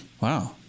Wow